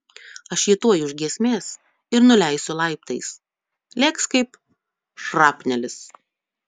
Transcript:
aš jį tuoj už giesmės ir nuleisiu laiptais lėks kaip šrapnelis